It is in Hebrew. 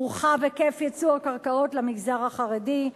הורחב היקף ייצוא הקרקעות למגזר החרדי.